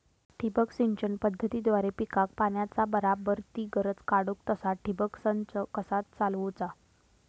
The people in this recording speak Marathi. ठिबक सिंचन पद्धतीद्वारे पिकाक पाण्याचा बराबर ती गरज काडूक तसा ठिबक संच कसा चालवुचा?